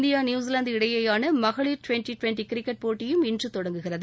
India New Zealand இடையேயான மகளிர் twenty twenty cricket போட்டியும் இன்று தொடங்குகிறது